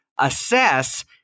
assess